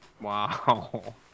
Wow